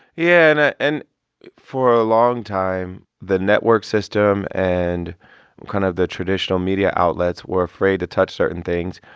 yeah. and for a long time, the network system and kind of the traditional media outlets were afraid to touch certain things,